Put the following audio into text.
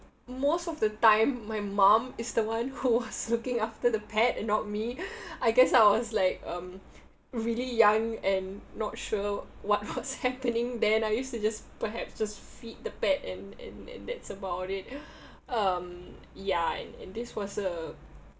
most of the time my mum is the one who was looking after the pet and not me I guess I was like um really young and not sure what was happening then I used to just perhaps just feed the pet and and and that's about it um ya and and this was a